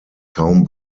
kaum